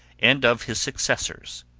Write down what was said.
and of his successors.